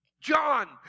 John